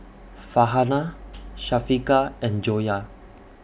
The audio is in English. Farhanah Syafiqah and Joyah